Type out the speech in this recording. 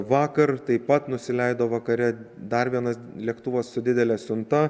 vakar taip pat nusileido vakare dar vienas lėktuvas su didele siunta